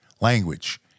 Language